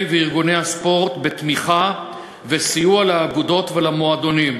וארגוני הספורט בתמיכה וסיוע לאגודות ולמועדונים.